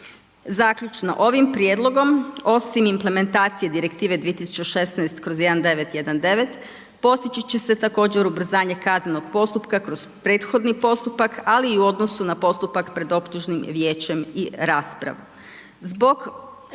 Zaključno, ovim prijedlogom osim implementacije Direktive 2016/1919 postići će se također ubrzanje kaznenog postupka kroz prethodni postupak ali i u odnosu na postupak pred optužnim vijećem i raspravu.